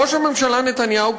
ראש הממשלה נתניהו,